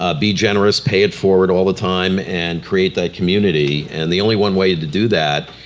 ah be generous, pay it forward all the time and create that community and the only one way to do that.